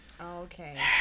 Okay